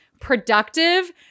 productive